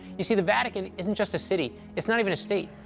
you see, the vatican isn't just a city. it's not even a state.